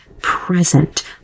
present